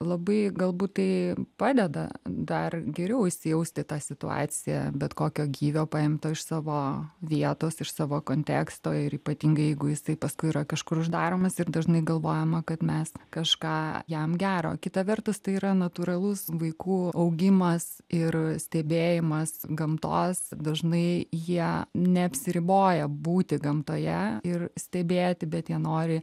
labai galbūt tai padeda dar geriau įsijaust į tą situaciją bet kokio gyvio paimto iš savo vietos iš savo konteksto ir ypatingai jeigu jisai paskui yra kažkur uždaromas ir dažnai galvojama kad mes kažką jam gero kita vertus tai yra natūralus vaikų augimas ir stebėjimas gamtos dažnai jie neapsiriboja būti gamtoje ir stebėti bet jie nori